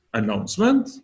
announcement